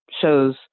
shows